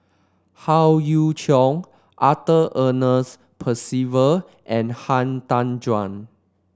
Howe Yoon Chong Arthur Ernest Percival and Han Tan Juan